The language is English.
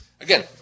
Again